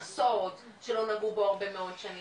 מכסות, שלא נגעו בו הרבה מאוד שנים.